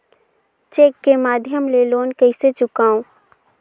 Cheque के माध्यम ले लोन कइसे चुकांव?